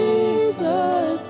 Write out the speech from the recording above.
Jesus